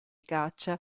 caccia